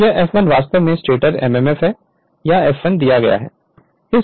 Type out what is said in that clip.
तो यह F1 वास्तव में स्टेटर mmf या F1 दिया गया है